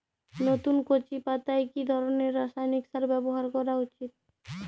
নতুন কচি পাতায় কি ধরণের রাসায়নিক সার ব্যবহার করা উচিৎ?